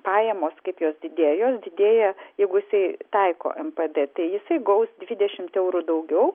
pajamos kaip jos didėja jos didėja jeigu jisai taiko npd tai jisai gaus dvidešimt eurų daugiau